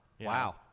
Wow